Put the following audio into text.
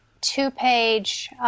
two-page